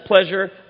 pleasure